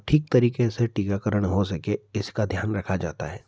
ठीक तरीके से टीकाकरण हो सके इसका ध्यान रखा जाता है